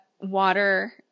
water